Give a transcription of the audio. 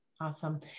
Awesome